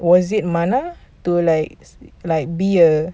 was it mana to like like be a